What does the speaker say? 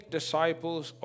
disciples